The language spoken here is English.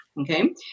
Okay